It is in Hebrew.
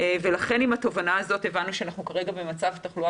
לכן עם התובנה הזאת הבנו שאנחנו כרגע במצב תחלואה